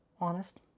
honest